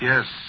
Yes